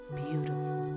beautiful